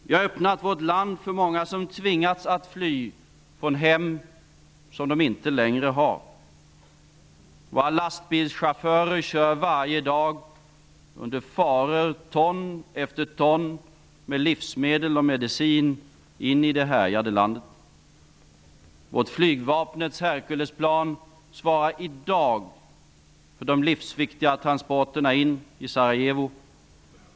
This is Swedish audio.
Vi har öppnat vårt land för många som tvingats fly från hem som de inte längre har. Våra lastbilschaufförer kör varje dag under fara ton efter ton med livsmedel och medicin in i det härjade landet. Vårt flygvapens Herculesplan svarar i dag för de livsviktiga transporterna in i Sarajevo.